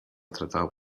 tratado